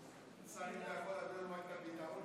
אני רואה, אני רוצה לברך את חברת הכנסת גמליאל על